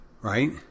Right